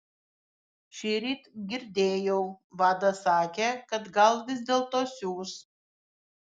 šįryt girdėjau vadas sakė kad gal vis dėlto siųs